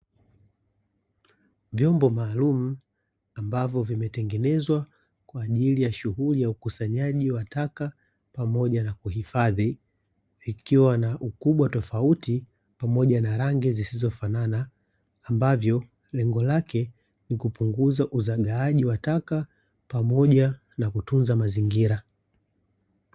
Vyombo maalumu ambavyo vimetengenezwa kwa ajili ya shughuli ya ukusanyaji wa taka pamoja na kuhifadhi, vikiwa na ukubwa tofauti pamoja na rangi zisizofanana, ambavyo lengo lake ni kupunguza uzagaaji wa taka pamoja na kutunza mazingira.